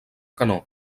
canó